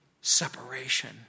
separation